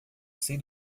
sei